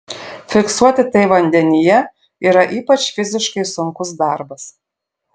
fiksuoti tai vandenyje yra ypač fiziškai sunkus darbas